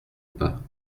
pas